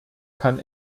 kann